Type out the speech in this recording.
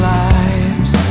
lives